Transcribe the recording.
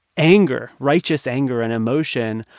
anger, righteous anger and emotion,